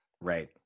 right